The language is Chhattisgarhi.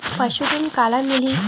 पशु ऋण काला मिलही?